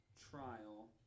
Trial